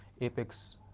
Apex